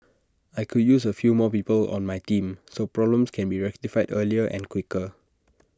I could use A few more people on my team so problems can be rectified earlier and quicker